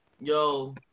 yo